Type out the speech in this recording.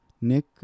Nick